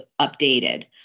updated